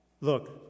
Look